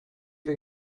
wir